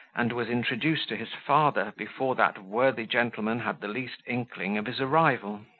and was introduced to his father, before that worthy gentleman had the least inkling of his arrival.